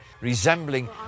resembling